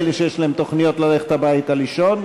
לאלה שיש להם תוכניות ללכת הביתה לישון,